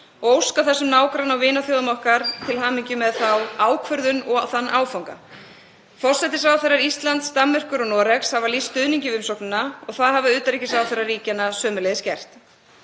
óska þessum nágranna- og vinaþjóðum okkar til hamingju með þá ákvörðun og þann áfanga. Forsætisráðherrar Íslands, Danmerkur og Noregs hafa lýst stuðningi við umsóknina og það hafa utanríkisráðherrar ríkjanna sömuleiðis gert.